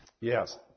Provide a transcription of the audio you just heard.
Yes